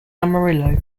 amarillo